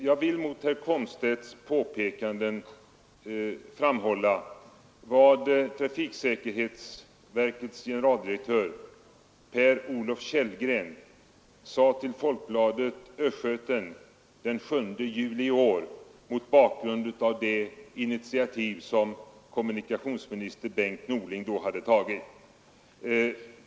Jag vill mot herr Komstedts påpekande framhålla vad trafiksäkerhetsverkets generaldirektör Per Olov Tjällgren sade till Folkbladet Östgöten den 7 juli i år mot bakgrund av det initiativ som kommunikationsminister Bengt Norling då hade tagit.